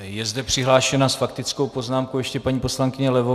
Je zde přihlášena s faktickou poznámkou ještě paní poslankyně Levová.